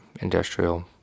industrial